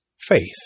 faith